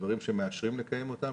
דברים שמאשרים לקיים אותם,